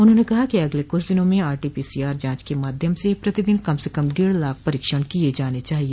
उन्होंने कहा कि अगले कुछ दिनों में आरटी पीसीआर जांच के माध्यम से प्रतिदिन कम से कम डेढ़ लाख परीक्षण किए जाने चाहिए